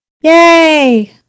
Yay